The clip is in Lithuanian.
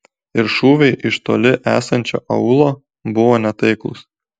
ir šūviai iš toli esančio aūlo buvo netaiklūs